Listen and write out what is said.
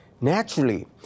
Naturally